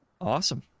Awesome